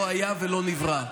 לא היה ולא נברא.